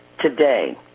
today